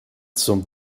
zum